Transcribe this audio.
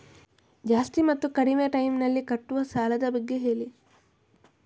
ಜಾಸ್ತಿ ಮತ್ತು ಕಡಿಮೆ ಟೈಮ್ ನಲ್ಲಿ ಕಟ್ಟುವ ಸಾಲದ ಬಗ್ಗೆ ಹೇಳಿ